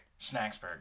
Snacksburg